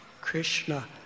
Krishna